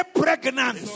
pregnant